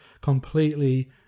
completely